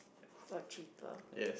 for cheaper